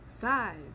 five